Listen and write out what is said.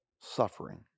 suffering